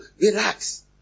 relax